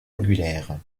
angulaire